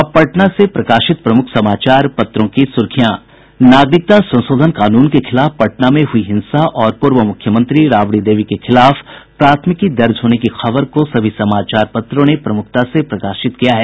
अब पटना से प्रकाशित प्रमुख समाचार पत्रों की सुर्खियां नागरिकता संशोधन कानून के खिलाफ पटना में हुई हिंसा और पूर्व मुख्यमंत्री राबड़ी देवी के खिलाफ प्राथमिकी दर्ज होने की खबर को सभी समाचार पत्रों ने प्रमुखता से प्रकाशित किया है